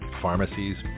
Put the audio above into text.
pharmacies